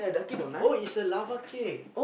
oh it's a lava cake